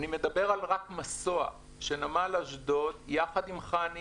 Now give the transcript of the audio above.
מדובר גם על מסוע, שנמל אשדוד יחד עם חנ"י